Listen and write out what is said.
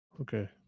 Okay